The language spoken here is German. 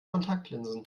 kontaktlinsen